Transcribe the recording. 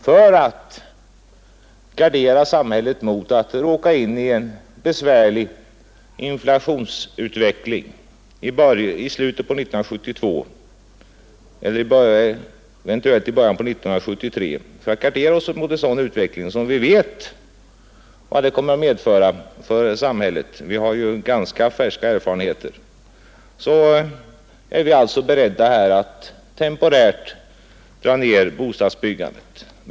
För att gardera samhället mot att råka in i en besvärlig inflationsutveckling i slutet av 1972 eller eventuellt i början av 1973 — och vi vet vad en sådan kommer att medföra för samhället; vi har ju ganska färska erfarenheter — är vi alltså beredda att temporärt dra ned bostadsbyggandet.